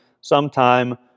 sometime